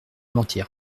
mentir